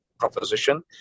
proposition